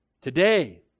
today